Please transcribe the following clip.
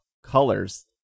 colors